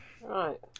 right